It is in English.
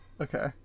Okay